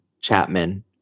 Chapman